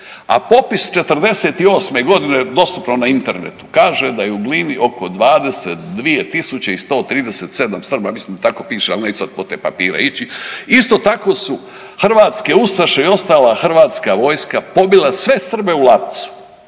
a popis '48. g. dostupno na internetu, kaže da je Glini oko 22 137 Srba, mislim da tako piše, ali neću sad po te papire ići, isto tako su hrvatske ustaše i ostala hrvatska vojska pobila sve Srbe u Lapcu